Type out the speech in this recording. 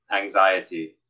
anxiety